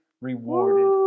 rewarded